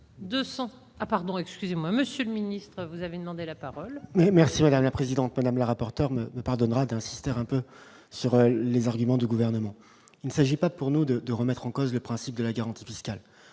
200 ah pardon, excusez-moi, monsieur le ministre, vous avez demandé la parole. Merci madame la présidente, madame la rapporteur ne pardonnera d'insister un peu sur les arguments du gouvernement, il ne s'agit pas pour nous de de remettre en cause le principe de la garantie fiscale